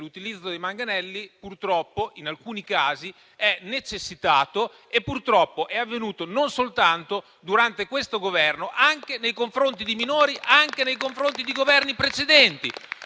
l'utilizzo dei manganelli, purtroppo, in alcuni casi è necessitato ed è avvenuto non soltanto durante questo Governo, anche nei confronti di minori, ma anche nei confronti di Governi precedenti